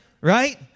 Right